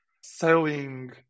selling